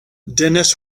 dennis